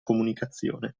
comunicazione